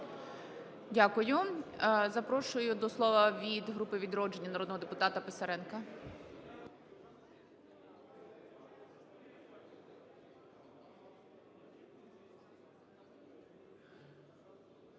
Дякую. Запрошую до слова від групи "Відродження" народного депутата Писаренка.